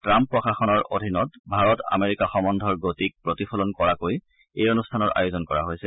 Trump প্ৰশাসনৰ অধীনত Bharat America সম্বন্ধৰ গতিক প্ৰতিফলন কৰাকৈ এই অনূষ্ঠানৰ আয়োজন কৰা হৈছে